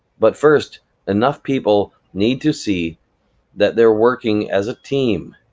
but first enough people need to see that they're working as a team!